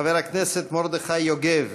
חבר הכנסת מרדכי יוגב